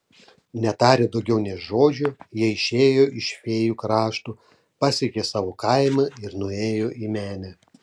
netarę daugiau nė žodžio jie išėjo iš fėjų krašto pasiekė savo kaimą ir nuėjo į menę